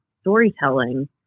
storytelling